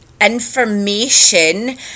information